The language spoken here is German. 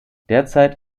derzeit